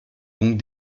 donc